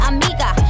Amiga